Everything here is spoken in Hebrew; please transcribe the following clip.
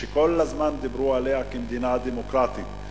שכל הזמן דיברו עליה כמדינה דמוקרטית,